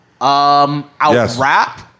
Outwrap